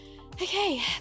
Okay